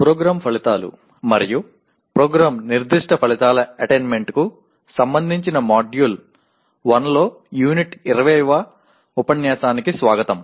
programme ఫలితాలు మరియు programme నిర్దిష్ట ఫలితాల అటైన్మెంట్కు సంబంధించిన మాడ్యూల్ 1 లో యూనిట్ 20వ ఉపన్యాసానికి స్వాగతం